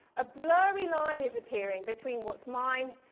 a blurry line is appearing between what's mine,